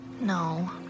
No